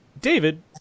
David